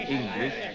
English